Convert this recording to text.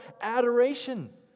adoration